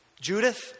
Judith